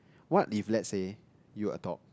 what if let say you adopt